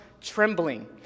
trembling